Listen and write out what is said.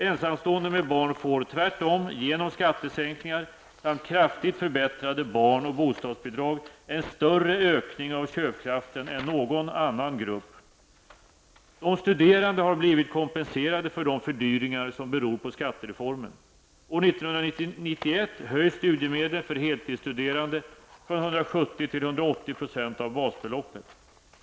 Ensamstående med barn får tvärtom genom skattesänkningar samt kraftigt förbättrade barn och bostadsbidrag en större ökning av köpkraften än någon annan grupp. De studerande har blivit kompenserade för de fördyringar som beror på skattereformen. År 1991 till 180 % av basbeloppet.